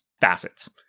facets